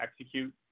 execute